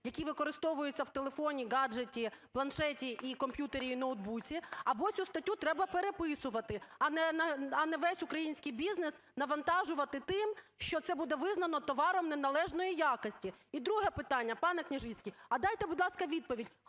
які використовуються в телефоні, гаджеті, планшеті і комп'ютері і ноутбуці, або цю статтю треба переписувати, а не весь український бізнес навантажувати тим, що це буде визнано товаром неналежної якості. І друге питання, пане Княжицький, а дайте, будь ласка, відповідь,